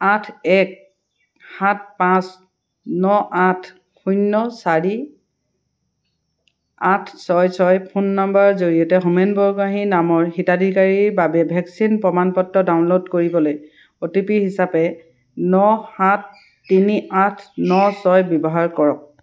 আঠ এক সাত পাঁচ ন আঠ শূন্য চাৰি আঠ ছয় ছয় ফোন নাম্বাৰৰ জৰিয়তে হোমেন বৰগোহাঞি নামৰ হিতাধিকাৰীৰ বাবে ভেকচিন প্ৰমাণ পত্ৰ ডাউনলোড কৰিবলৈ অ' টি পি হিচাপে ন সাত তিনি আঠ ন ছয় ব্যৱহাৰ কৰক